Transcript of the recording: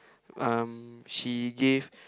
um she gave